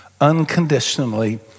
unconditionally